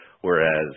Whereas